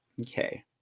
Okay